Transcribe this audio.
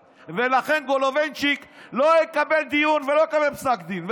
לכן גולובנציץ לא יקבל דיון ולא יקבל פסק דין.